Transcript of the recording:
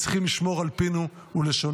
צריכים לשמור על פינו ולשוננו.